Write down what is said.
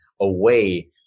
away